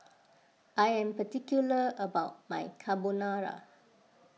I am particular about my Carbonara